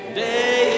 day